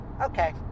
Okay